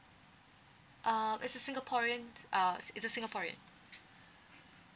uh is a singaporean uh is a singaporean